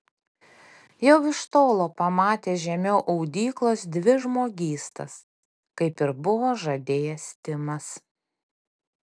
jau iš tolo pamatė žemiau audyklos dvi žmogystas kaip ir buvo žadėjęs timas